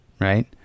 right